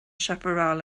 chaparral